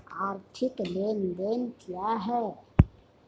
आर्थिक लेनदेन क्या है?